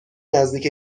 نزدیک